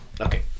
Okay